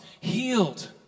healed